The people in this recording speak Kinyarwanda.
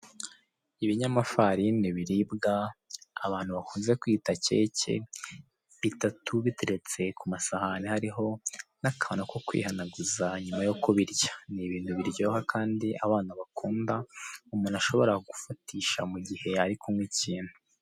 Ibinyamafarini biribwa abantu bakunze kwita keke bitatu biteretse ku masahani hariho n'akantu ko kwihanaguza nyuma yo kubirya ni ibintu biryoha kandi abana bakunda umuntu ashobora gufatisha mu gihe ari kunywa ikintu.